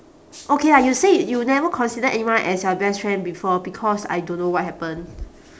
okay lah you say you never consider anyone as your best friend before because I don't know what happen